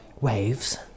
waves